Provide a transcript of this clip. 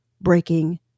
breaking